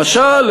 למשל,